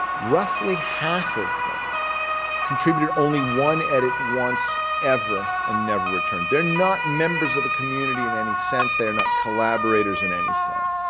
roughly half of them contributed only one edit once ever and never returned. they're not members of the community in any sense, they're not collaborators in any sense.